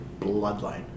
bloodline